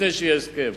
לפני שיהיה הסכם.